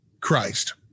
Christ